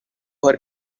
her